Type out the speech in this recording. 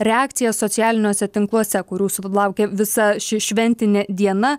reakcijas socialiniuose tinkluose kurių sulaukė visa ši šventinė diena